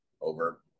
over